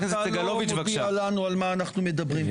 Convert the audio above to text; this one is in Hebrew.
אתה לא מודיע לנו על מה אנחנו מדברים.